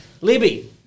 Libby